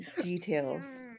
Details